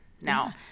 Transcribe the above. now